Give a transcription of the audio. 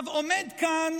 עכשיו, עומד כאן